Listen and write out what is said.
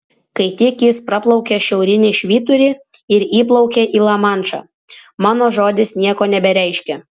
kai tik jis praplaukia šiaurinį švyturį ir įplaukia į lamanšą mano žodis nieko nebereiškia